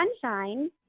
sunshine